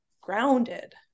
grounded